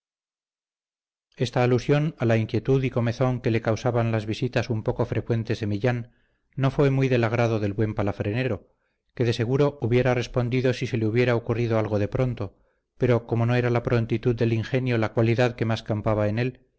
esta alusión a la inquietud y comezón que le causaban las visitas un poco frecuentes de millán no fue muy del agrado del buen palafrenero que de seguro hubiera respondido si se le hubiera ocurrido algo de pronto pero como no era la prontitud del ingenio la cualidad que más campaba en él